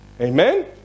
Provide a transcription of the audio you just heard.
Amen